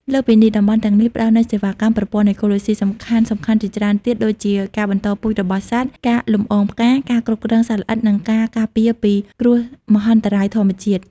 លើសពីនេះ តំបន់ទាំងនេះផ្តល់នូវសេវាកម្មប្រព័ន្ធអេកូឡូស៊ីសំខាន់ៗជាច្រើនទៀត ដូចជាការបន្តពូជរបស់សត្វ ការលំអងផ្កា ការគ្រប់គ្រងសត្វល្អិត និងការការពារពីគ្រោះមហន្តរាយធម្មជាតិ។